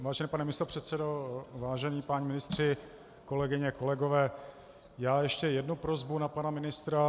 Vážený pane místopředsedo, vážení páni ministři, kolegyně, kolegové, mám ještě jednu prosbu na pana ministra.